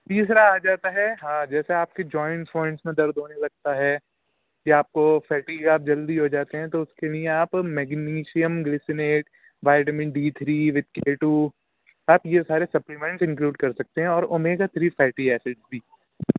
تیسرا آ جاتا ہے ہاں جیسے آپ کے جوائنٹس وائنٹس میں درد ہونے لگتا ہے یا آپ کو فیٹی آپ جلدی ہو جاتے ہیں تو اس کے لیے آپ magnesium glycinate vitamin D three with K two آپ یہ سارے سپلیمنٹس انکلیوڈ کر سکتے ہیں اور اومیگا تھری فیٹی ایسڈ بھی